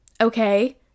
okay